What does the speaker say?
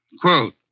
Quote